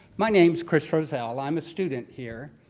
my name is chris roesel. i'm a student here.